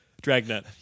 Dragnet